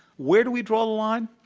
where do we draw the line?